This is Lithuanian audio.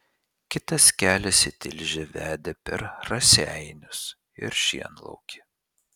kitas kelias į tilžę vedė per raseinius ir šienlaukį